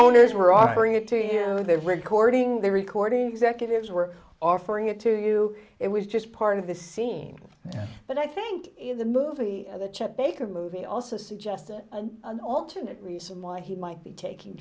owners were offering it to him and the recording the recording executives were offering it to you it was just part of the scene but i think the movie chet baker movie also suggested an alternate reason why he might be taking